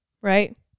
Right